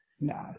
no